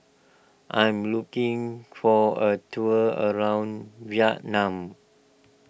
I am looking for a tour around Vietnam